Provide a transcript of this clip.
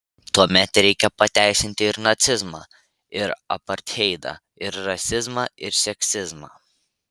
tuomet reikia pateisinti ir nacizmą ir apartheidą ir rasizmą ir seksizmą